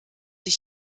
ich